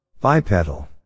Bipedal